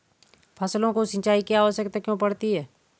फसलों को सिंचाई की आवश्यकता क्यों पड़ती है?